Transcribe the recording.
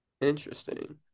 Interesting